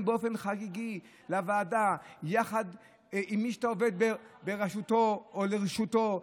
באופן חגיגי לוועדה עם מי שאתה עובד בראשותו או לרשותו,